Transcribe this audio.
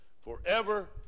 forever